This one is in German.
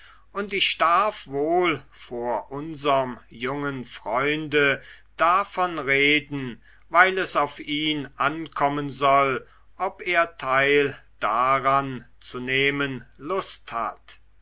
und ich darf wohl vor unserm jungen freunde davon reden weil es auf ihn ankommen soll ob er teil daran zu nehmen lust hat